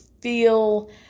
feel